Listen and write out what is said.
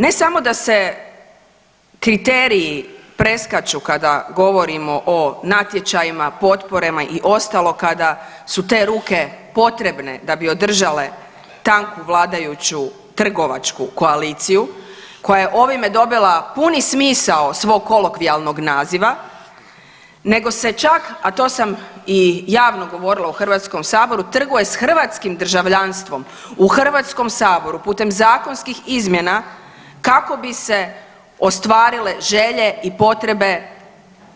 Ne samo da se kriteriji preskaču kada govorimo o natječajima, potporama i ostalo kada su te ruke potrebne da bi održale tanku vladajuću trgovačku koaliciju koja je ovime dobila puni smisao svog kolokvijalnog naziva nego se čak, a to sam i javno govorila u HS-u trguje s hrvatskim državljanstvom u HS-u putem zakonskih izmjena kako bi se ostvarile želje i potrebe